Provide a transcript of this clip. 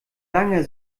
langer